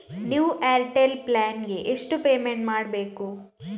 New Airtel plan ಗೆ ಎಷ್ಟು payment ಮಾಡ್ಬೇಕು?